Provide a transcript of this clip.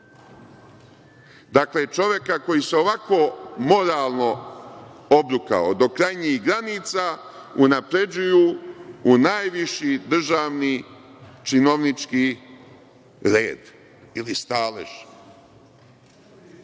Dakle, čoveka koji se ovako moralno obrukao do krajnjih granica, unapređuju u najviši državni činovnički red ili stalež. Kakav